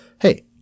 Hey